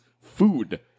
Food